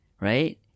right